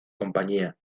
compañía